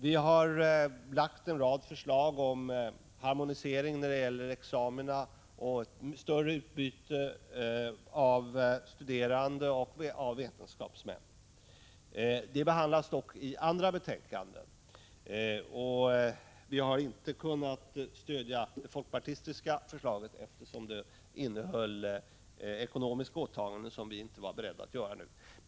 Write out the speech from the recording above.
Vi har lagt | fram förslag om harmonisering när det gäller examina och ett större utbyte av studerande och av vetenskapsmän. De behandlas dock i andra betänkanden. Vi har på den här punkten inte kunnat stödja det folkpartistiska förslaget, eftersom det innehöll ekonomiska åtaganden som vi inte var beredda att göra.